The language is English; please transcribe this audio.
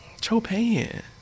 Chopin